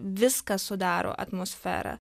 viskas sudaro atmosferą